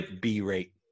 B-rate